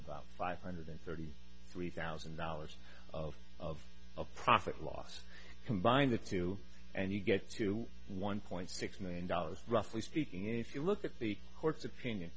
about five hundred thirty three thousand dollars of of of profit loss combined the two and you get to one point six million dollars roughly speaking and if you look at the court's opinion